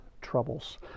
troubles